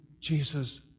Jesus